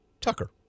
Tucker